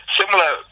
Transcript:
similar